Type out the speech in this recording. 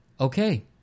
okay